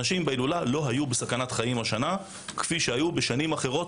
אנשים בהילולה לא היו בסכנת חיים השנה כפי שהיו בשנים אחרות,